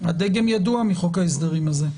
הדגם ידוע מחוק ההסדרים הזה.